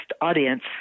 audience